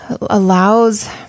allows